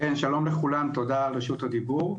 שלום לכולם, תודה על רשות הדיבור.